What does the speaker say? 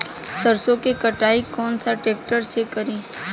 सरसों के कटाई कौन सा ट्रैक्टर से करी?